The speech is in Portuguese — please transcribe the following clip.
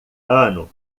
ano